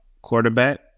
quarterback